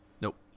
Nope